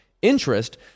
interest